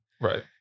right